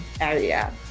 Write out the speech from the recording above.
area